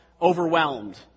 Overwhelmed